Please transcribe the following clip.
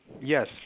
Yes